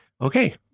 okay